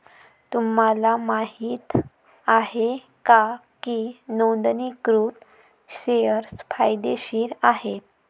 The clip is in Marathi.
तुम्हाला माहित आहे का की नोंदणीकृत शेअर्स फायदेशीर आहेत?